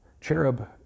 Cherub